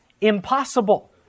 impossible